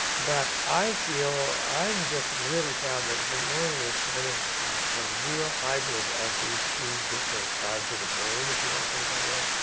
but i feel i'm just really proud that vermilion is kind of a real hybrid of these two different sides of the brain, if you want to put it that way,